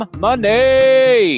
money